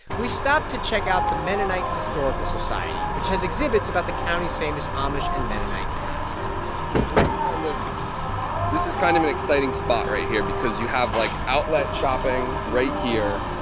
we stopped to check out the mennonite historical society, which has exhibits about the county's famous amish and mennonite past so kind of this is kind of an exciting spot right here because you have, like, outlet shopping right here.